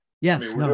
Yes